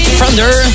Thunder